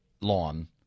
lawn